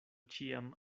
ĉiam